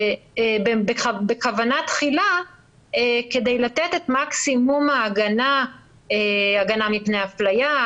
בכוונה תחילה כדי לתת את מקסימום ההגנה מפני אפליה,